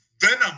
venom